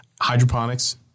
hydroponics